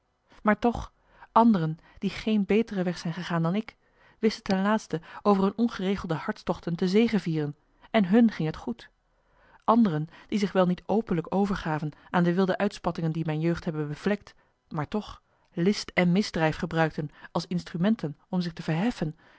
maar toch anderen die geen beteren weg zijn gegaan dan ik wisten ten laatste over hunne ongeregelde hartstochten te zegevieren en hun ging het goed anderen die zich wel niet openlijk overgaven aan de wilde uitspattingen die mijne jeugd hebben bevlekt maar toch list en misdrijf gebruikten als instrumenten om zich te verheffen